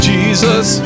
Jesus